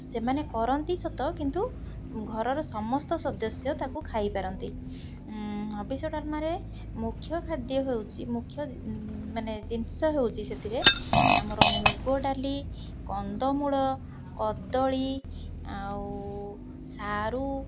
ସେମାନେ କରନ୍ତି ସତ କିନ୍ତୁ ଘରର ସମସ୍ତ ସଦସ୍ୟ ତାକୁ ଖାଇପାରନ୍ତି ହବିଷ ଡଲମାରେ ମୁଖ୍ୟ ଖାଦ୍ୟ ହେଉଛି ମୁଖ୍ୟ ମାନେ ଜିନିଷ ହେଉଛି ସେଥିରେ ଆମର ମୁଗ ଡାଲି କନ୍ଦମୂଳ କଦଳୀ ଆଉ ସାରୁ